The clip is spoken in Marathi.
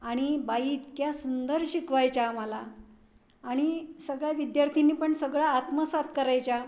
आणि बाई इतक्या सुंदर शिकवायच्या आम्हाला आणि सगळ्या विद्यार्थीनी पण सगळं आत्मसात करायच्या